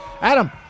Adam